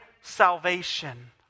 salvation